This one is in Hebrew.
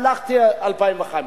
הלכתי ל-2005,